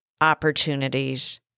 opportunities